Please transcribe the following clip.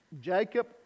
Jacob